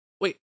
Wait